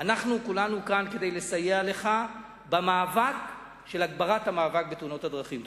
אנחנו כולנו כאן כדי לסייע לך במאבק של הגברת המאבק בתאונות הדרכים.